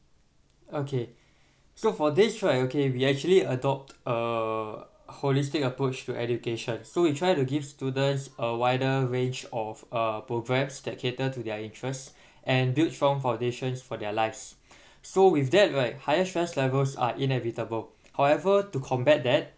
okay so for this right okay we actually adopt uh holistic approach to education so we try to give students a wider range of uh programmes that cater to their interests and build strong foundations for their lives so with that right higher stress levels are inevitable however to combat that